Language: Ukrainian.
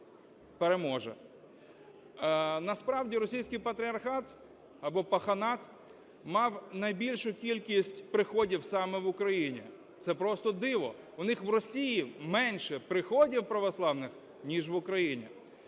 переможе. Насправді російський патріархат, або "паханат", мав найбільшу кількість приходів саме в Україні. Це просто диво, у них в Росії менше приходів православних, ніж в Україні.